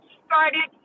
started